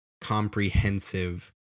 comprehensive